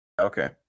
Okay